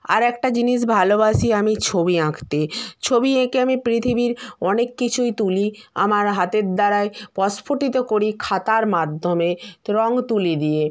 আর একটা জিনিস ভালোবাসি আমি ছবি আঁকতে ছবি এঁকে আমি পৃথিবীর অনেক কিছুই তুলি আমার হাতের দ্বারায় প্রস্ফুটিত করি খাতার মাধ্যমে রঙ তুলি দিয়ে